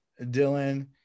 dylan